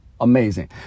amazing